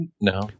no